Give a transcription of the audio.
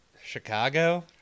Chicago